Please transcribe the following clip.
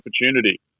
opportunity